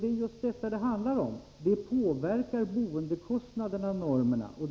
Det är just detta det handlar om: normerna påverkar boendekostnaderna.